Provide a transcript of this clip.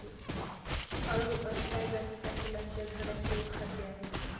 आळु अरसाय जातीच्या फुलांच्या झाडांचे एक खाद्य आहे